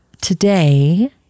today